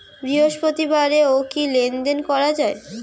বৃহস্পতিবারেও কি লেনদেন করা যায়?